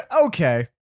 Okay